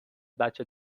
بچه